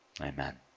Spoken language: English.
Amen